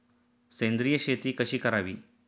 सेंद्रिय शेती कशी करावी?